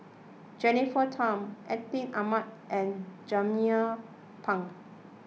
Jennifer Tham Atin Amat and Jernnine Pang